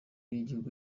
y’igihugu